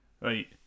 Right